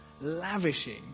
Lavishing